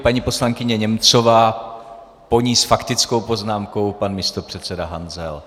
Paní poslankyně Němcová, po ní s faktickou poznámkou pna místopředseda Hanzel.